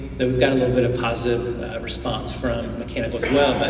got a little but positive response from mechanical as well.